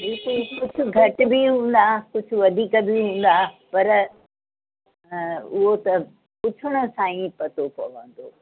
कुझु कुझु घटि बि हूंदा कुझु वधीक बि हूंदा पर उहो त पुछण सां ई पतो पवंदो